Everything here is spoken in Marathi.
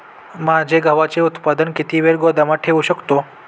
माझे गव्हाचे उत्पादन किती वेळ गोदामात ठेवू शकतो?